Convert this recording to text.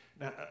Now